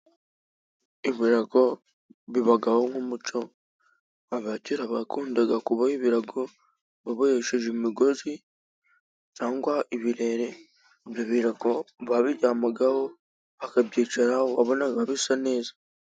Ibirago bibaho nk'umuco aba kera bakundaga kuboha, ibirago babohesheje imigozi, cyangwa ibirere ibirago, babiryamagaho bakabyicaraho, wabonaga bisa neza.